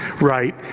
right